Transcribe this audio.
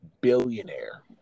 billionaire